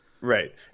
right